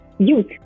youth